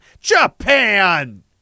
Japan